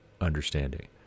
understanding